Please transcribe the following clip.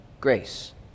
grace